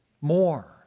more